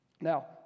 now